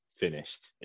finished